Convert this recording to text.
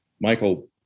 Michael